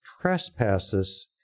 trespasses